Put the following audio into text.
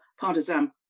partisan